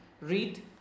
read